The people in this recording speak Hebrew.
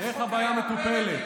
איך הבעיה מטופלת?